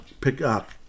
pickup